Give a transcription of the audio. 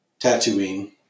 Tatooine